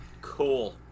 cool